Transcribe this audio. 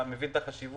הוא מבין את החשיבות.